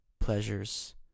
pleasures